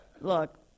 Look